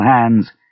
hands